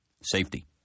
Safety